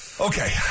Okay